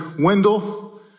Wendell